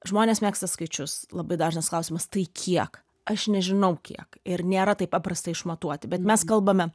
žmonės mėgsta skaičius labai dažnas klausimas tai kiek aš nežinau kiek ir nėra taip paprasta išmatuoti bet mes kalbame